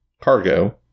cargo